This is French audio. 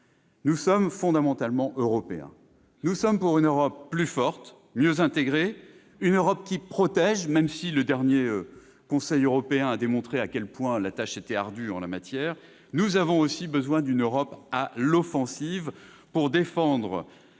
nous sommes fondamentalement européens. Nous sommes pour une Europe plus forte, mieux intégrée, une Europe qui protège, et ce même si le dernier Conseil européen a démontré à quel point la tâche était ardue en la matière. Nous avons aussi besoin d'une Europe à l'offensive pour défendre